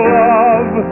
love